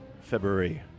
February